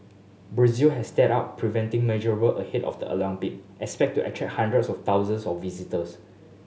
Brazil has stepped up preventing measure ahead of the Olympic expected to attract hundreds of thousands of visitors